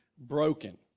broken